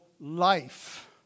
life